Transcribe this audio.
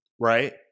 Right